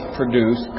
produce